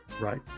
Right